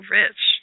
rich